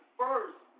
first